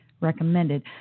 recommended